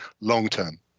long-term